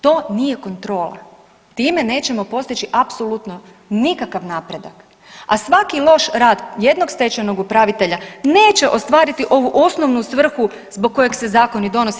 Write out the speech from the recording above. To nije kontrola, time nećemo postići apsolutno nikakav napredak, a svaki loš rad jednog stečajnog upravitelja neće ostvariti ovu osnovnu svrhu zbog kojeg se zakon i donosi.